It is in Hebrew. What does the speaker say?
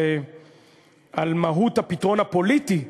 על מהות הפתרון הפוליטי,